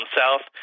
south